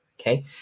Okay